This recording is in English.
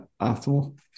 optimal